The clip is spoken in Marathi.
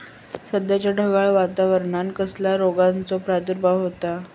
सध्याच्या ढगाळ वातावरणान कसल्या रोगाचो प्रादुर्भाव होता?